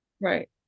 right